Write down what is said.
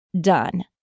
done